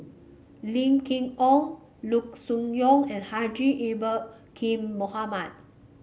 Lim Chee Onn Loo Choon Yong and Haji Ya'acob Kin Mohamed